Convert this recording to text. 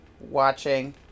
watching